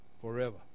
forever